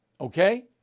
Okay